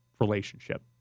relationship